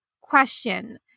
Question